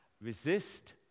resist